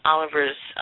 Oliver's